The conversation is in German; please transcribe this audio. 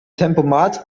tempomat